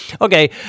Okay